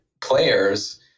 players